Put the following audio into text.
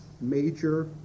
major